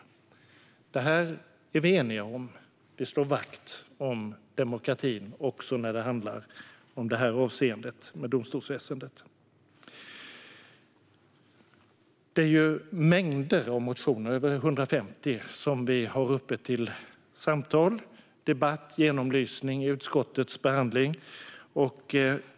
Det här är vi eniga om. Vi slår vakt om demokratin också i det här avseendet, när det gäller domstolsväsendet. Det är mängder av motioner, över 150, som vi har uppe för samtal, debatt och genomlysning i utskottets behandling.